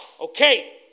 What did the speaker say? Okay